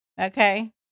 Okay